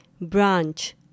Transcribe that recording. branch